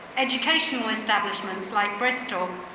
educational establishments like bristol,